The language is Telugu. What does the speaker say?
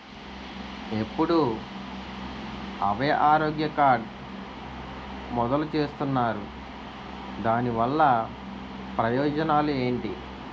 ఎప్పుడు అభయ ఆరోగ్య కార్డ్ మొదలు చేస్తున్నారు? దాని వల్ల ప్రయోజనాలు ఎంటి?